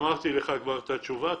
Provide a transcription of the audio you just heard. אמרתי לך כבר את התשובה.